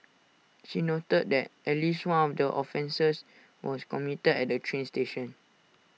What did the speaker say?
she noted that at least one of the offences was committed at A train station